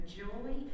joy